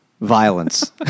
violence